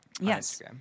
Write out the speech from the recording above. Yes